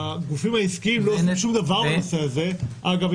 והגופים העסקיים לא עושים שום דבר בנושא הזה אגב,